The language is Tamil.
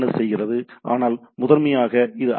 எஸ் செய்கிறது ஆனால் முதன்மையாக இது ஐ